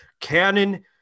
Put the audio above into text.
canon